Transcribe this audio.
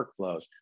workflows